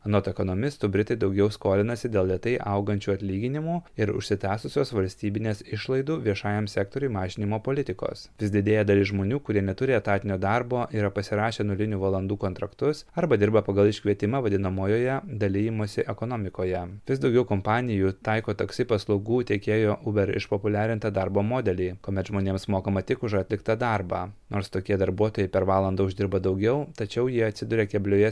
anot ekonomistų britai daugiau skolinasi dėl lėtai augančių atlyginimų ir užsitęsusios valstybinės išlaidų viešajam sektoriui mažinimo politikos vis didėja dalis žmonių kurie neturi etatinio darbo yra pasirašę nulinių valandų kontraktus arba dirba pagal iškvietimą vadinamojoje dalijimosi ekonomikoje vis daugiau kompanijų taiko taksi paslaugų tiekėjo uber išpopuliarintą darbo modelį kuomet žmonėms mokama tik už atliktą darbą nors tokie darbuotojai per valandą uždirba daugiau tačiau jie atsiduria keblioje